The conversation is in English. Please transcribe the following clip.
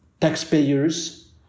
taxpayers